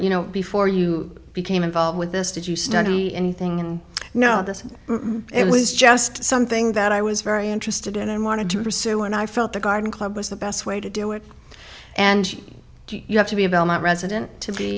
you know before you became involved with this did you study anything and know this it was just something that i was very interested in and wanted to pursue and i felt the garden club was the best way to do it and you have to be a belmont resident to be